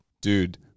dude